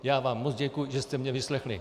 Já vám moc děkuji, že jste mě vyslechli.